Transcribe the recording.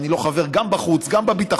ואם אני לא חבר גם בחוץ וביטחון,